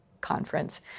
conference